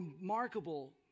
remarkable